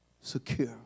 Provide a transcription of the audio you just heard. secure